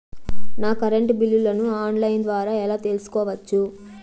నా కరెంటు బిల్లులను online ద్వారా ఎలా తెలుసుకోవచ్చు?